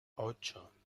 ocho